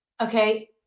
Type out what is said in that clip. okay